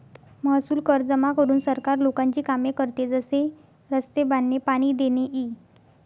महसूल कर जमा करून सरकार लोकांची कामे करते, जसे रस्ते बांधणे, पाणी देणे इ